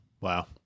Wow